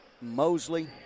Mosley